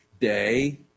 day